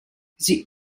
sie